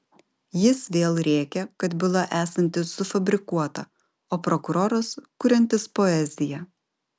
jis vėl rėkė kad byla esanti sufabrikuota o prokuroras kuriantis poeziją